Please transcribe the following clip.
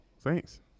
thanks